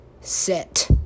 Sit